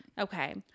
Okay